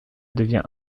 devient